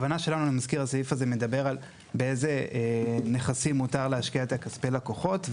הסעיף הזה קובע באיזה נכסים מותר להשקיע את כספי הלקוחות,